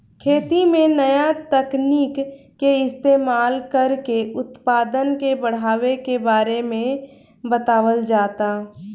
खेती में नया तकनीक के इस्तमाल कर के उत्पदान के बढ़ावे के बारे में बतावल जाता